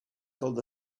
told